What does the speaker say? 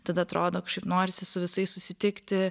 tada atrodo kažkaip norisi su visais susitikti